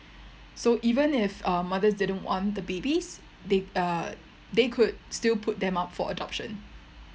so even if uh mothers didn't want the babies they uh they could still put them up for adoption